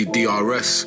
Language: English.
drs